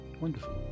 Wonderful